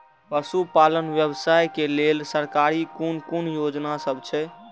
पशु पालन व्यवसाय के लेल सरकारी कुन कुन योजना सब छै?